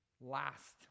last